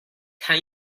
can